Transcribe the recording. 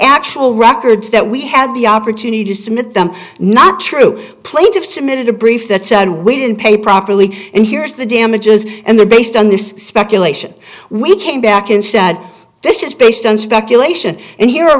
actual records that we had the opportunities to make them not true plaintiffs submitted a brief that said we didn't pay properly and here's the damages and the based on this speculation we came back and said this is based on speculation and here a